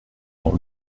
dans